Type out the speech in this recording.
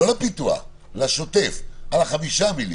לא לפיתוח, לשוטף, על ה-5 מיליון.